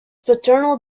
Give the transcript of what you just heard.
paternal